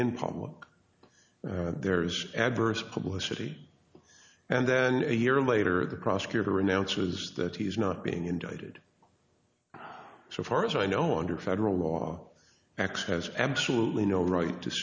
public there is adverse publicity and then a year later the prosecutor announcers that he's not being indicted so far as i know under federal law x has absolutely no right to